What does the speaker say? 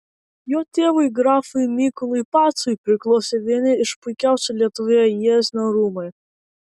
jo tėvui grafui mykolui pacui priklausė vieni iš puikiausių lietuvoje jiezno rūmai